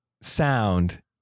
sound